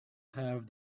have